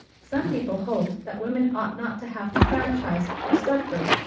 some people hold that women ought not to have the franchise, or suffrage,